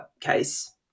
case